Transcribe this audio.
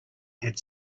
had